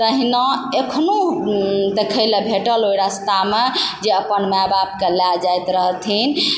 तहिना अखनो देखय लऽ भेटल ओहि रस्तामे जे अपन माय बापके लए जाइत रहथिन